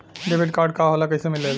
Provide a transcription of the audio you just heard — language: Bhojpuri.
डेबिट कार्ड का होला कैसे मिलेला?